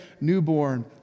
newborn